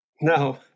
No